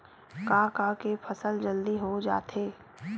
का का के फसल जल्दी हो जाथे?